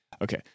Okay